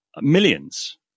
millions